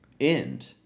end